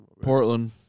Portland